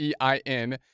ein